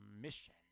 Mission